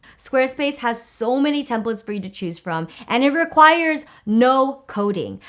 squarespace has so many templates for you to choose from. and it requires no coding,